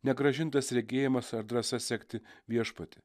ne grąžintas regėjimas ar drąsa sekti viešpatį